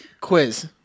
quiz